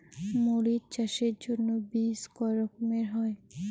মরিচ চাষের জন্য বীজ কয় রকমের হয়?